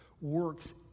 works